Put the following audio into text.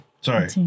Sorry